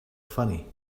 funny